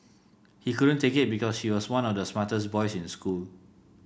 he couldn't take it because he was one of the smartest boys in school